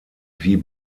wie